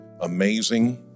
amazing